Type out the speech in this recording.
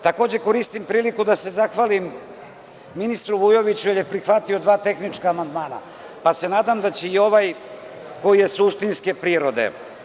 Takođe, koristim priliku da se zahvalim ministru Vujoviću, jer je prihvatio dva tehnička amandmana, pa se nadam da će i ovaj koji je suštinske prirode.